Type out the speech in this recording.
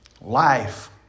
life